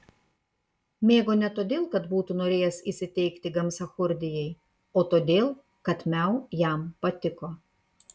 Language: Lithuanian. mėgo ne todėl kad būtų norėjęs įsiteikti gamsachurdijai o todėl kad miau jam patiko